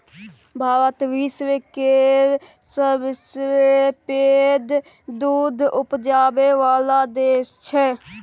भारत विश्व केर सबसँ पैघ दुध उपजाबै बला देश छै